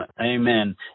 Amen